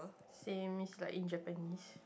same it's like in Japanese